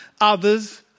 others